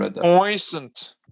Poisoned